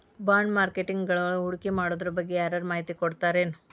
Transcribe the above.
ಬಾಂಡ್ಮಾರ್ಕೆಟಿಂಗ್ವಳಗ ಹೂಡ್ಕಿಮಾಡೊದ್ರಬಗ್ಗೆ ಯಾರರ ಮಾಹಿತಿ ಕೊಡೊರಿರ್ತಾರೆನು?